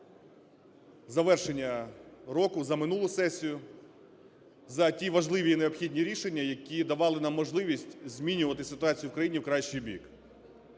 за завершення року, за минулу сесію, за ті важливі і необхідні рішення, які давали нам можливість змінювати ситуацію в країні в кращий бік.